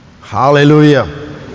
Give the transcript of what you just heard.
Hallelujah